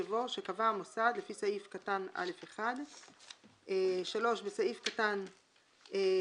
יבוא "שקבע המוסד לפי סעיף קטן (א1)"; (3)בסעיף קטן (ג),